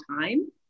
time